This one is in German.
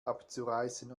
abzureißen